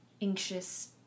anxious